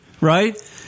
right